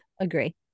Agree